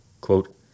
Quote